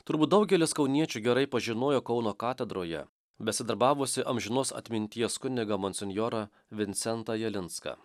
turbūt daugelis kauniečių gerai pažinojo kauno katedroje besidarbavusį amžinos atminties kunigą monsinjorą vincentą jalinską